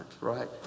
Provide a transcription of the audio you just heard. right